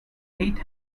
eight